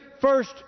first